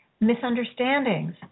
misunderstandings